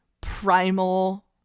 primal